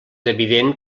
evident